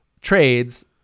trades